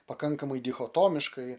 pakankamai dichotomiškai